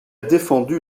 défendu